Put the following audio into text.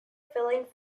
filling